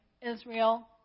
Israel